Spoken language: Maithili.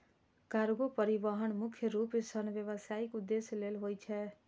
कार्गो परिवहन मुख्य रूप सं व्यावसायिक उद्देश्य लेल होइ छै